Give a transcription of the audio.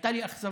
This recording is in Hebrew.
שהייתה לי אכזבה